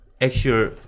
actual